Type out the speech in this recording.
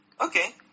Okay